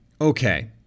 Okay